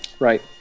Right